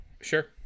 Sure